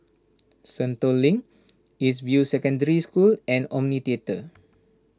Sentul Link East View Secondary School and Omni theatre